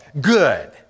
good